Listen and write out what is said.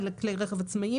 אלה כלי רכב עצמאיים,